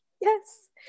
yes